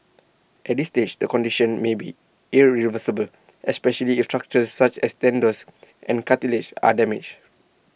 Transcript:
at this stage the condition may be irreversible especially if structures such as tendons and cartilage are damaged